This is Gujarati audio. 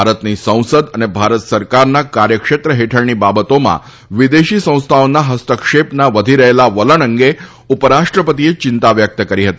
ભારતની સંસદ અને ભારત સરકારના કાર્યક્ષેત્ર હેઠળની બાબતોમાં વિદેશી સંસ્થાઓના હસ્તક્ષેપના વધી રહેલા વલણ અંગે ઉપરાષ્ટ્રપતિએ ચિંતા વ્યક્ત કરી હતી